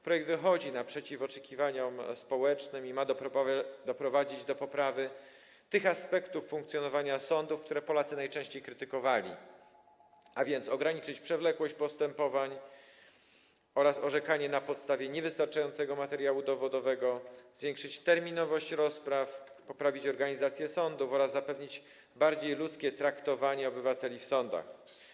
Projekt wychodzi naprzeciw oczekiwaniom społecznym i ma doprowadzić do poprawy tych aspektów funkcjonowania sądów, które Polacy najczęściej krytykowali, a więc ograniczyć przewlekłość postępowań oraz orzekanie na podstawie niewystarczającego materiału dowodowego, zwiększyć terminowość rozpraw, poprawić organizację sądów oraz zapewnić bardziej ludzkie traktowanie obywateli w sądach.